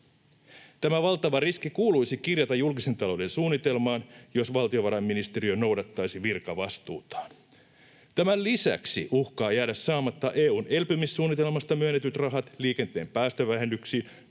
Tämä valtava riski kuuluisi kirjata julkisen talouden suunnitelmaan, jos valtiovarainministeriö noudattaisi virkavastuutaan. Tämän lisäksi uhkaavat jäädä saamatta EU:n elpymissuunnitelmasta myönnetyt rahat liikenteen päästövähennyksiin,